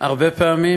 הרבה פעמים.